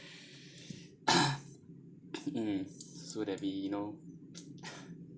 mm so that we know